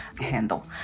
handle